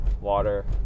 water